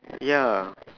ya